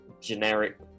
generic